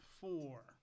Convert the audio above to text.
four